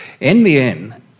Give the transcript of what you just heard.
NBN